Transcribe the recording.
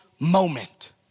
moment